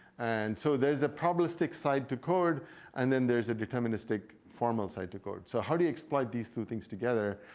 and so there's a probabilistic side to code and then there's a deterministic formal side to code. so how do you exploit these two things together?